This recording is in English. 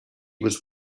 was